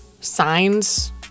Signs